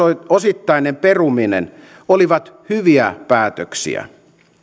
osittainen peruminen olivat hyviä päätöksiä